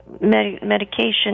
medication